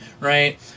right